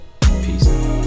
Peace